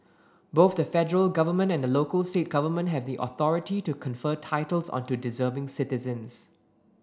both the federal government and the local state government have the authority to confer titles onto deserving citizens